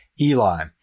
Eli